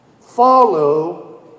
Follow